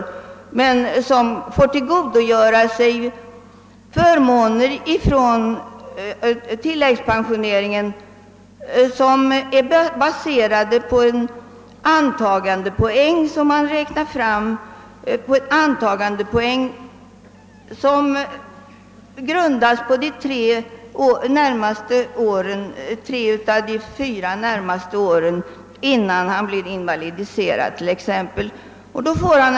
Vederbörande får ändå tillgodogöra sig förmåner inom tilläggspensioneringen som är baserade på en antagandepoäng, grundad på inkomsterna under tre av de fyra närmast föregående åren innan vederbörande t.ex. blev invalidiserad.